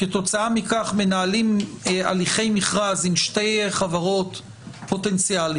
כתוצאה מכך מנהלים הליכי מכרז עם שתי חברות פוטנציאליות,